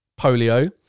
polio